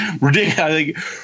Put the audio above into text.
ridiculous